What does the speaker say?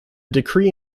decree